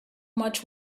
much